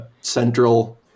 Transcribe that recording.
central